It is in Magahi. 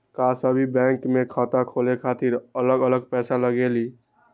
का सभी बैंक में खाता खोले खातीर अलग अलग पैसा लगेलि?